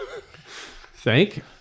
thank